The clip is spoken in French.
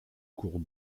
cours